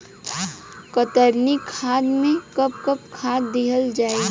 कतरनी धान में कब कब खाद दहल जाई?